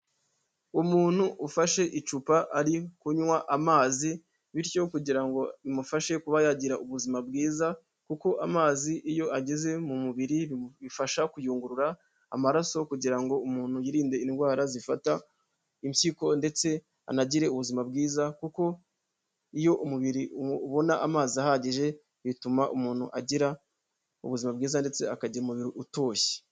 Umuntu ufashe icupa ari kunywa amazi bityo kugira ngo bimufashe kuba yagira ubuzima bwiza, kuko amazi iyo ageze mu mubiri bifasha kuyungurura amaraso kugira ngo umuntu yirinde indwara zifata impyiko ndetse anagire ubuzima bwiza kuko iyo umubiri ubona amazi ahagije bituma umuntu agira ubuzima bwiza ndetse akagira umubiri utoshye.